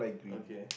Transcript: okay